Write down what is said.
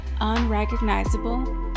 unrecognizable